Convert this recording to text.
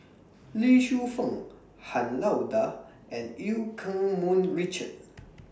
Lee Shu Fen Han Lao DA and EU Keng Mun Richard